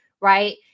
right